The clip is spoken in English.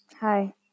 Hi